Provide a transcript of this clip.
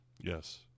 Yes